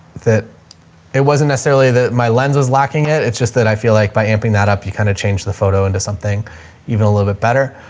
it wasn't necessarily that my lens was lacking it. it's just that i feel like by amping that up you kinda changed the photo into something even a little bit better.